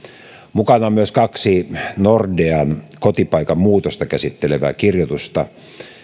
mukana on myös kaksi nordean kotipaikan muutosta käsittelevää kirjoitusta